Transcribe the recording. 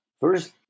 First